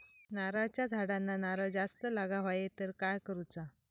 नारळाच्या झाडांना नारळ जास्त लागा व्हाये तर काय करूचा?